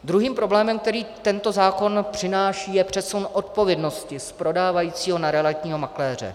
Druhým problémem, který tento zákon přináší, je přesun odpovědnosti z prodávajícího na realitního makléře.